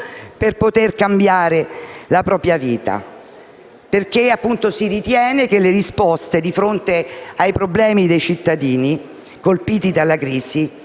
per poter cambiare la propria vita, perché si ritiene che, di fronte ai problemi dei cittadini colpiti dalla crisi,